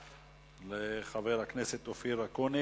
תודה לחבר הכנסת אופיר אקוניס.